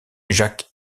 jacques